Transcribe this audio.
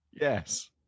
Yes